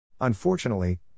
Unfortunately